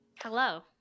Hello